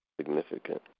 significant